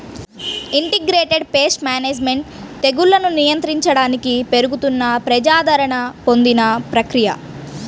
integrated pest management తెగుళ్లను నియంత్రించడానికి పెరుగుతున్న ప్రజాదరణ పొందిన ప్రక్రియ